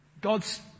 God's